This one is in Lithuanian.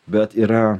bet yra